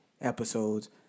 Episodes